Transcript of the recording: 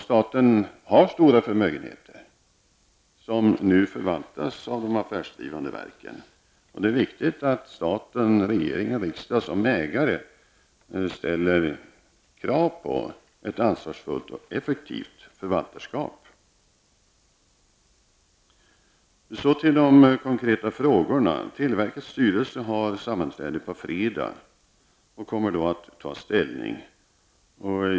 Staten har stora förmögenheter som nu förvaltas av de affärsdrivande verken. Det är viktigt att staten, regering och riksdag, som ägare ställer krav på ett ansvarsfullt och effektivt förvaltarskap. Så till de konkreta frågorna. Televerkets styrelse kommer att ha ett sammanträde på fredag och kommer då att ta ställning.